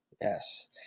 yes